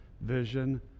vision